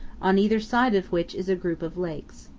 on either side of which is a group of lakes.